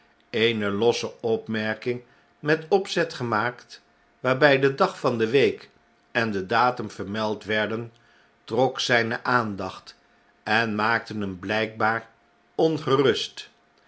eene losse opmerking met opzet gemaakt waarby de dag van de week en de datum vermeld werden trok zyne aandacht en maakte hem blijkbaar ongerust